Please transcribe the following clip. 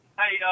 hey